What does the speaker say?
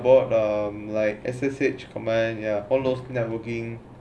bored um like S_S_H command ya all those networking